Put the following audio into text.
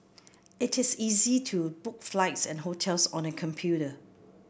it is easy to book flights and hotels on the computer